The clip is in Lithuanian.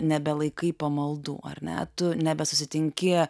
nebelaikai pamaldų ar ne tu nebesusitinki